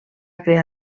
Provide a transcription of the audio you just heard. crear